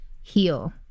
heal